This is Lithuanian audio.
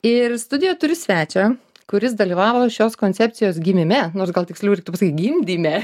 ir studijoj turiu svečią kuris dalyvavo šios koncepcijos gimime nors gal tiksliau reiktų pasakyt gimdyme